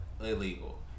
Illegal